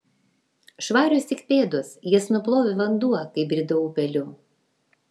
švarios tik pėdos jas nuplovė vanduo kai bridau upeliu